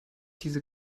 diese